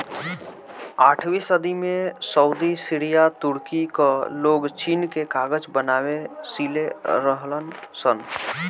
आठवीं सदी में सऊदी, सीरिया, तुर्की कअ लोग चीन से कागज बनावे सिले रहलन सन